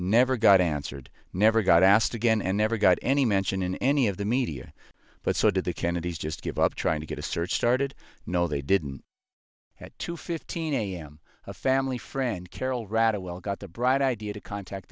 never got answered never got asked again and never got any mention in any of the media but so did the kennedys just give up trying to get a search started no they didn't at two fifteen a m a family friend carol rather well got the bright idea to contact